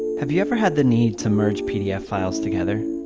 have you ever had the need to merge pdf files together?